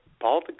Paul